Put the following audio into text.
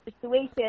situation